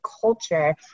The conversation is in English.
culture